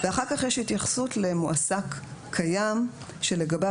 ואחר כך יש התייחסות למועסק קיים שלגביו